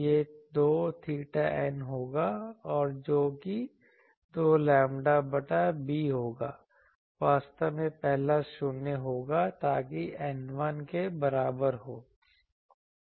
यह 2𝚹n होगा और जो कि 2 लैम्ब्डा बटा b होगा वास्तव में पहला शून्य होगा ताकि n 1 के बराबर हो